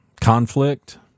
conflict